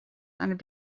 and